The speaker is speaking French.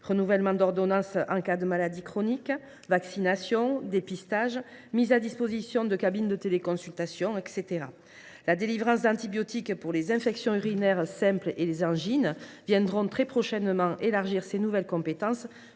renouvellement d’ordonnance en cas de maladie chronique, vaccinations, dépistages, mise à disposition de cabines de téléconsultation, etc. La délivrance d’antibiotiques pour les infections urinaires simples et les angines viendront très prochainement élargir ces nouvelles compétences,